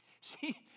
See